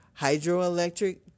hydroelectric